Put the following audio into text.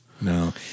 No